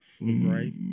right